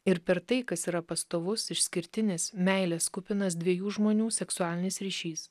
ir per tai kas yra pastovus išskirtinis meilės kupinas dviejų žmonių seksualinis ryšys